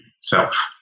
self